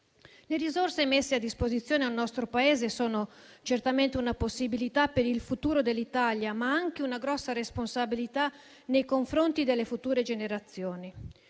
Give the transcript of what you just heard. Le risorse messe a disposizione del nostro Paese rappresentano certamente una possibilità per il futuro dell'Italia, ma anche una grossa responsabilità nei confronti delle future generazioni.